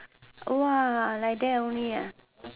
!wah! like that only ah